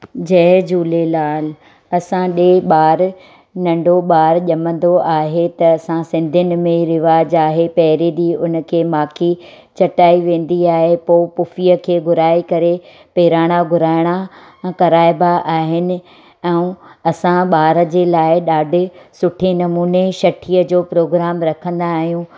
जय झूलेलाल असां ॾे ॿार नंढो ॿार ॼमंदो आहे त असां सिंधियुनि में रवाजु आहे पहिरें ॾींहुं हुनखे माखी चटाई वेंदी आहे पोइ पुफीअ खे घुराए करे पेराणा घुराइणा कराइबा आहिनि ऐं असां ॿार जे लाइ ॾाढे सुठे नमूने छठिय जो प्रोग्राम रखंदा आहियूं